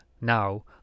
now